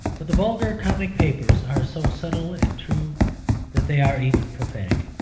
but the vulgar comic papers are so subtle and true that they are even prophetic.